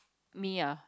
me lah